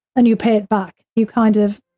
and you pay it back, you kind of,